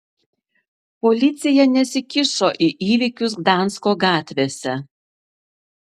policija nesikišo į įvykius gdansko gatvėse